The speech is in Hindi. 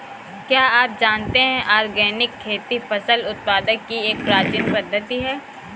क्या आप जानते है ऑर्गेनिक खेती फसल उत्पादन की एक प्राचीन पद्धति है?